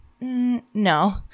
no